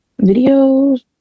Videos